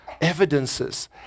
evidences